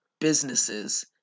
businesses